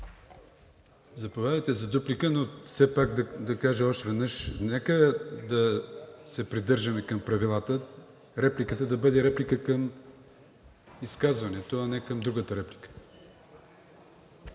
Заповядайте за дуплика, но все пак да кажа още веднъж – нека се придържаме към правилата. Репликата да бъде реплика към изказването, а не към другата реплика.